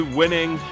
winning